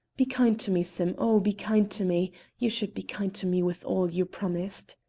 be kind to me, sim, oh! be kind to me you should be kind to me, with all you promised!